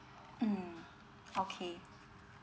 mm okay